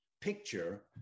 picture